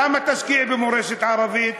למה תשקיעי במורשת ערבית?